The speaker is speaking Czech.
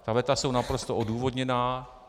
Ta veta jsou naprosto odůvodněná.